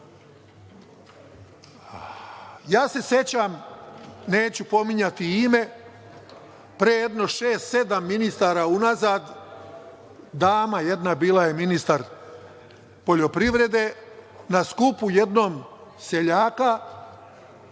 Ja se sećam, neću pominjati ime, pre jedno šest – sedam ministara unazad dama jedna je bila ministar poljoprivrede, na jednom skupu